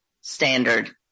standard